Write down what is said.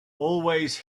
always